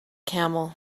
camel